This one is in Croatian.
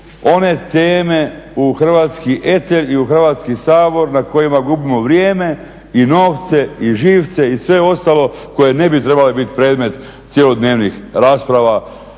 one teme u hrvatski eter i u Hrvatski sabor na kojima gubimo vrijeme i novce i živce i sve ostalo koje ne bi trebale biti predmet cjelodnevnih rasprava,